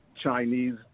Chinese